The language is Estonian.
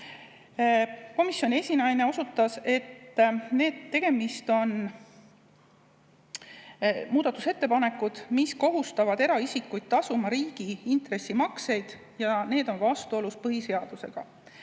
Komisjoni esinaine osutas, et tegemist on muudatusettepanekutega, mis kohustavad eraisikuid tasuma riigi intressimakseid, ja need on vastuolus põhiseadusega.